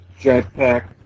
jetpack